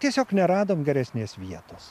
tiesiog neradom geresnės vietos